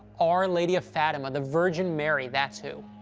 our lady of fatima, the virgin mary. that's who.